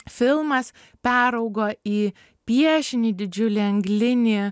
filmas peraugo į piešinį didžiulį anglinį